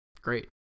great